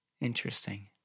Interesting